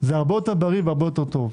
זה הרבה יותר בריא והרבה יותר טוב,